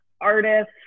artist